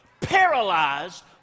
paralyzed